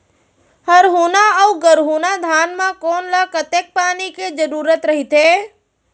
हरहुना अऊ गरहुना धान म कोन ला कतेक पानी के जरूरत रहिथे?